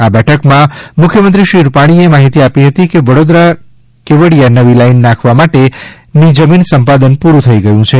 આ બેઠક માં મુખ્યમંત્રી વિજય રૂપાણી એ માહિતી આપી હતી કે વડોદરા કેવડીયા નવી લાઇન નાંખવા માટે ની જમીન સંપાદન પૂરું થઈ ગયું છે